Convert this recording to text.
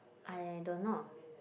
I don't know